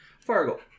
Fargo